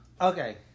Okay